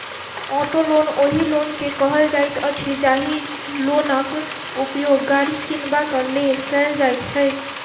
auto loan ओहि loan के कहल जाइत अछि, जाहि लोनक उपयोग गाड़ी किनबाक लेल कयल जाइत छै